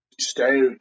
stay